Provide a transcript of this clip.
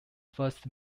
first